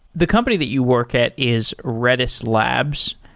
the company that you work at is redis labs,